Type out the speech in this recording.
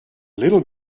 little